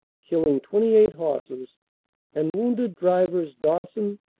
killing twenty eight horses and wounded drivers dawson,